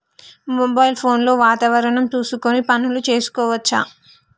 Mobile phone లో వాతావరణం చూసుకొని పనులు చేసుకోవచ్చా?